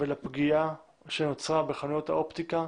ולפגיעה אשר נוצרה בחנויות האופטיקה,